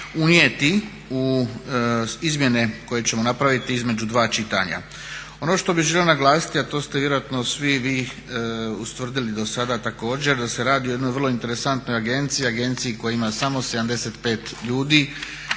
unijeti u izmjene koje ćemo napraviti između dva čitanja. Ono što bih želio naglasiti, a to ste vjerojatno svi vi ustvrdili do sada također, da se radi o jednoj vrlo interesantnoj agenciji, agenciji koja ima samo 75 ljudi,